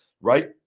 right